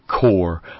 core